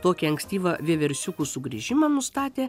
tokį ankstyvą vieversiukų sugrįžimą nustatė